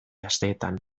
asteetan